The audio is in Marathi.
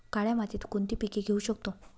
काळ्या मातीत कोणती पिके घेऊ शकतो?